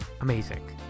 amazing